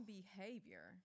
behavior